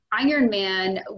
Ironman